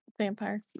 vampire